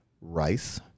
rice